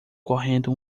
correndo